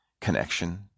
connection